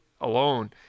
alone